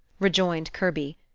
rejoined kirby.